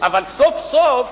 אבל סוף-סוף